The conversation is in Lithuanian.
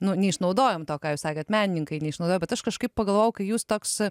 nu neišnaudojom to ką jūs sakėt menininkai neišnaudojo bet aš kažkaip pagalvojau kai jūs toks